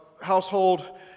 household